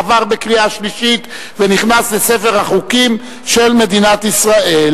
עבר בקריאה שלישית ונכנס לספר החוקים של מדינת ישראל.